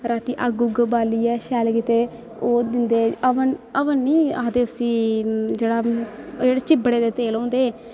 रातीं अग्ग उग्ग बालियै शैल कीते ओह् दिंदे हवन हवन निं केह् आखदे उसी जेह्ड़े ओह् चिबड़े दे तिल होंदे